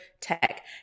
tech